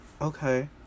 okay